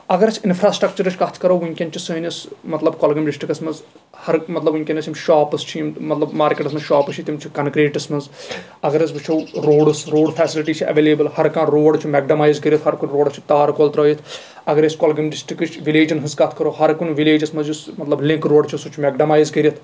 اَگر أسۍ اِنفرا سٹرکچرٕچ کَتھ کَرو ؤنٛکیٚن چھُ سٲنِس مطلب کۄلگٲم ڈِسٹرکس منٛز ہر مطلب ؤنٛکینس یِم شاپٕس چھِ یِم مطلب مارکیٹس منٛز شاپٕس چھِ تِم چھِ کَنکریٖٹس منٛز اگر أسۍ وُچھو روڈٕس روڈ فیسلٹی چھےٚ اٮ۪ولیبٕل ہر کانٛہہ روڈ چھُ میکڈامایز کٔرِتھ ہر کُنہِ روڈَس چھُ تارکول ترٲوِتھ اَگر أسۍ کۄلگٲم ڈِسٹرکٕچ وِلیجن ہِنٛز کَتھ کَرو ہَر کُںہِ وِلیجس منٛز یُس مطلب لِنک روڈ چھُ سُہ چھُ مےٚ میکڈامایز کٔرِتھ